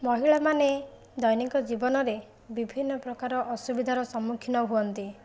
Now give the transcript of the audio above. ମହିଳାମାନେ ଦୈନିକ ଜୀବନରେ ବିଭିନ୍ନ ପ୍ରକାର ଅସୁବିଧାର ସମ୍ମୁଖୀନ ହୁଅନ୍ତି